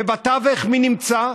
בתווך, מי נמצא?